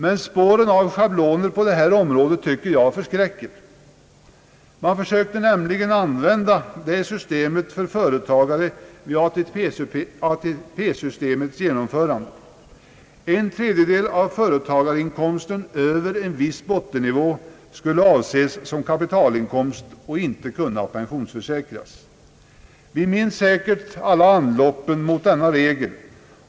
Men spåren av schabloner på detta område förskräcker. Man försökte nämligen använda det systemet för företagare vid ATP-systemets genomförande En tredjedel av företagarinkomsten över en viss bottennivå skulle anses som kapitalinkomst och inte kunna pensionsförsäkras. Vi minns säkert alla anloppen mot denna regel.